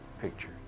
picture